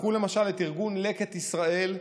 קחו למשל את ארגון לקט ישראל,